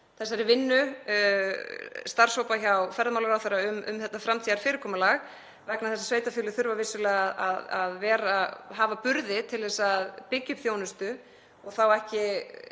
þessari vinnu starfshópa hjá ferðamálaráðherra um þetta framtíðarfyrirkomulag, vegna þess að sveitarfélög þurfa vissulega að hafa burði til að byggja upp þjónustu og þá ekki